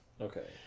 Okay